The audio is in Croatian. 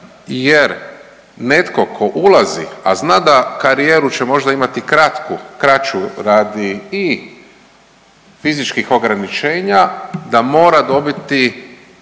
jer netko tko ulazi a zna da karijeru će možda imati kratku, kraću radi tih fizičkih ograničenja, da mora dobiti